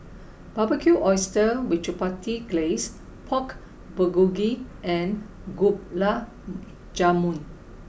barbecued Oysters with Chipotle Glaze Pork Bulgogi and Gulab Jamun